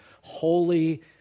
holy